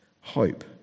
hope